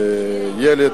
הילד,